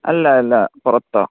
അല്ല അല്ല പുറത്താണ്